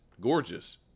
gorgeous